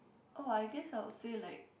oh I guess I would say like